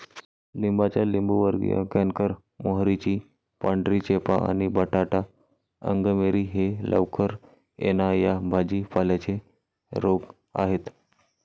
लिंबाचा लिंबूवर्गीय कॅन्कर, मोहरीची पांढरी चेपा आणि बटाटा अंगमेरी हे लवकर येणा या भाजी पाल्यांचे रोग आहेत